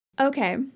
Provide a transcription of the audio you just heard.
Okay